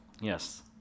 yes